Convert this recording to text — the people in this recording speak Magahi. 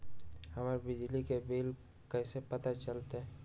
हमर बिजली के बिल कैसे पता चलतै?